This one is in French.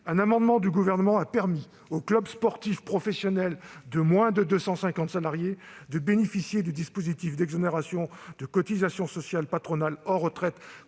un amendement du Gouvernement a permis aux clubs sportifs professionnels de moins de 250 salariés de bénéficier du dispositif d'exonération de cotisations sociales patronales hors retraite